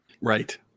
Right